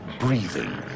Breathing